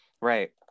Right